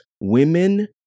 women